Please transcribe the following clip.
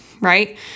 right